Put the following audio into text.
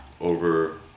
over